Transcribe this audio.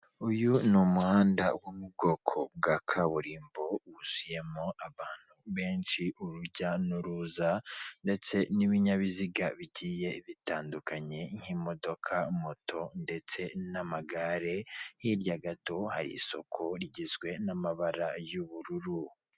Uyu ni umuhanda wo mu bwoko bwa kaburimbo wuzuyemo abantu benshi urujya n'uruza, ndetse n'ibinyabiziga bigiye bitandukanye nk'imodoka moto ndetse n'amagare, hirya gato hari isoko rigizwe n'amabara y'ubururu.